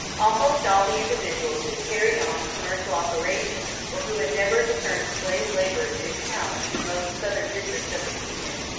almost all the individuals who carry on commercial operations, or who endeavor to turn slave labor to account in the most southern districts of the union,